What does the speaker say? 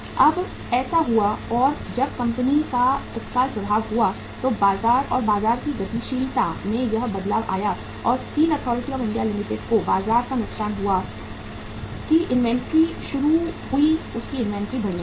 अब ऐसा हुआ और जब कंपनी का तत्काल प्रभाव हुआ तो बाजार और बाजार की गतिशीलता में यह बदलाव आया और steel authority of India limited को बाजार का नुकसान हुआ कि इन्वेंट्री शुरू हुई उनकी इन्वेंट्री बढ़ने लगी